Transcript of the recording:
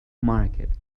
market